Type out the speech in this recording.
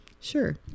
Sure